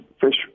fish